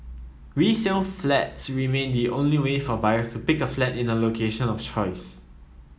resale flats remain the only way for buyers to pick a flat in a location of choice